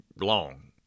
long